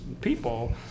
people